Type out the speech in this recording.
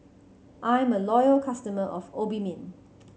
I'm a loyal customer of Obimin